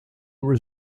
was